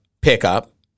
pickup